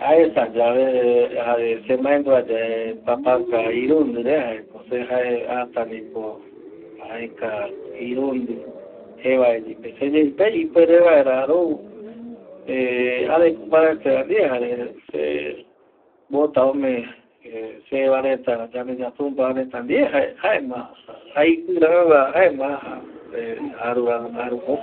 Aesa yave se mandua ye papaka irundi re jaeko se jae atanipo aeka irundi jevae seyeipe ipuere vaera rou jareku paraete ndie jare bota ome se ve yanderutumpareta ndie jaema aipi rangagua jaema aja aru jokua